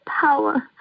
power